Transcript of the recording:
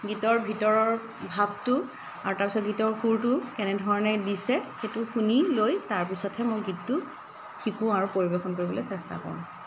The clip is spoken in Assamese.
গীতৰ ভিতৰৰ ভাৱটো আৰু তাৰপিছত গীতৰ সুৰটো কেনেধৰণে দিছে সেইটো শুনি লৈ তাৰপিছতহে মই গীতটো শিকোঁ আৰু পৰিৱেশন কৰিবলৈ চেষ্টা কৰোঁ